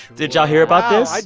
did y'all hear about this?